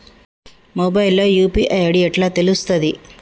Mobile లో UPI ID ఎట్లా తెలుస్తది?